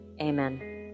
Amen